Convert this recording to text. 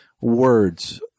words